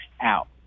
out